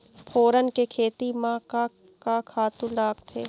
फोरन के खेती म का का खातू लागथे?